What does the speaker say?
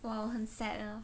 !wow! 很 sad eh